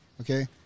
okay